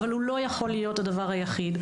אבל הוא לא יכול להיות הדבר היחיד.